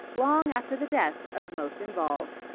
long after the deaths of most involved.